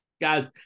guys